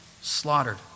slaughtered